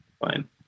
Fine